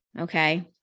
Okay